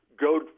go